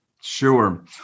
Sure